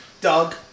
Doug